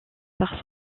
par